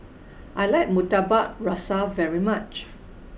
I like Murtabak Rusa very much